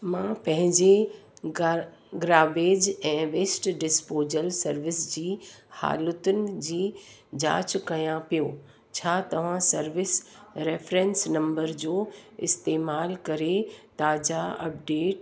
मां पंहिंजे घर ग्राबेज ऐं वेस्ट डिस्पोजल सर्विस जी हालतुनि जी जांच कया पियो छा तव्हां सर्विस रेफ्रेंस नंबर जो इस्तेमाल करे ताज़ा अपडेट